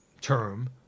term